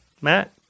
Matt